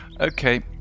Okay